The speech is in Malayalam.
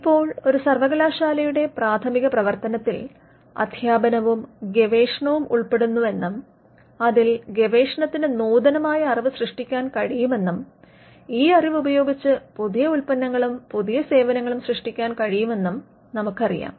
ഇപ്പോൾ ഒരു സർവകലാശാലയുടെ പ്രാഥമിക പ്രവർത്തനത്തിൽ അധ്യാപനവും ഗവേഷണവും ഉൾപ്പെടുന്നു എന്നും അതിൽ ഗവേഷണത്തിന് നൂതനമായ അറിവ് സൃഷ്ടിക്കാൻ കഴിയും എന്നും ഈ അറിവുപയോഗിച്ചു പുതിയ ഉൽപ്പന്നങ്ങളും പുതിയ സേവനങ്ങളും സൃഷ്ടിക്കാൻ കഴിയും എന്നും നമുക്കറിയാം